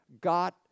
got